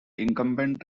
incumbent